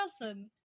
person